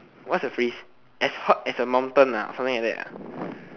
what is a phrase as hot as a mountain ah or something like that ah